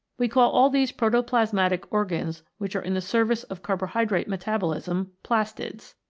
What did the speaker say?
we call all these protoplasmatic organs which are in the service of carbohydrate metabolism, plastids.